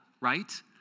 right